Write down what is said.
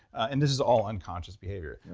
and this is all unconscious behavior.